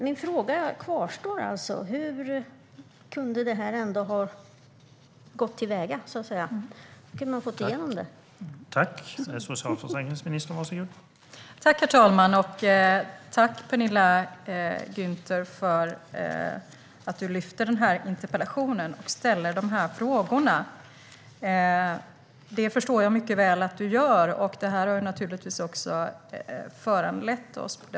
Min fråga kvarstår alltså: Hur kunde man få igenom detta?